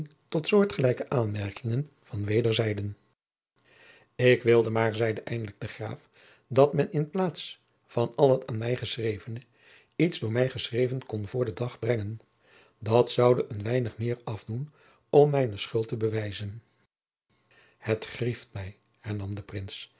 tot soortgelijke aanmerkingen van wederszijden ik wilde maar zeide eindelijk de graaf dat men in plaats van al het aan mij geschrevene iets door mij geschreven kon voor den dag brengen dat zoude een weinig meer afdoen om mijne schuld te bewijzen het grieft mij hernam de prins